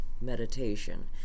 meditation